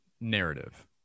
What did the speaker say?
narrative